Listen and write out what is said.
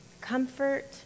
comfort